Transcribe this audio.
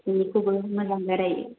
बिनिखौबो मोजां रायज्लायो